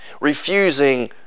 refusing